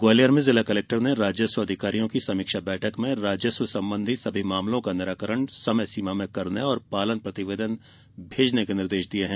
ग्वालियर में जिला कलेक्टर ने राजस्व अधिकारियों की समीक्षा बैठक में राजस्व संबंधी सभी मामलों का निराकरण समयसीमा में करने और पालन प्रतिवेदन भेजने के निर्देश दिये हैं